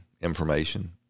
information